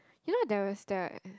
you know there was the